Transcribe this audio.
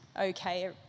okay